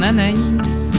Anaïs